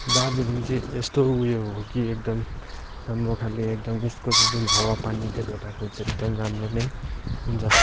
दार्जिलिङ चाहिँ यस्तो उयो हो कि एकदम हाम्रो खाले एकदम यसको चाहिँ जुन हावा पानीले भेटाएको हुन्छ एकदम राम्रो नै हुन्छ